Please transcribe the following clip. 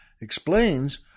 explains